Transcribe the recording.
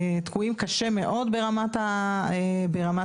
תקועים קשה מאוד ברמת הפיתוח.